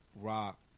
rock